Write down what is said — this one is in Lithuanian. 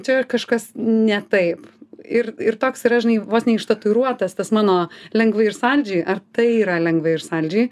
čia kažkas ne taip ir ir toks yra žinai vos ne ištatuiruotas tas mano lengvai ir saldžiai ar tai yra lengva ir saldžiai